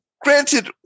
granted